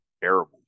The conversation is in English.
terrible